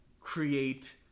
create